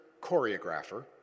choreographer